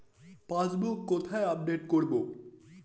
Passbook কোথায় update করব?